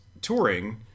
touring